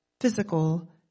physical